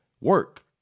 work